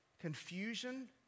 confusion